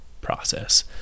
process